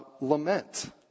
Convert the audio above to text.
lament